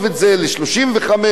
שיעבדו עם תלוש,